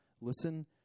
Listen